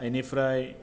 आइनिफ्राय